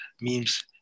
memes